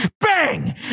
bang